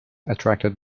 attracted